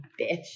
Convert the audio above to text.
bitch